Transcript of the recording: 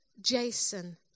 Jason